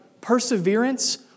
Perseverance